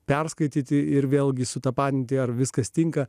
perskaityti ir vėlgi sutapatinti ar viskas tinka